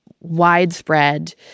widespread